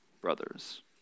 brothers